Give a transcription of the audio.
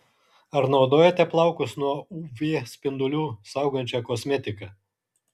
ar naudojate plaukus nuo uv spindulių saugančią kosmetiką